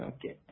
Okay